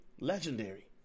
Legendary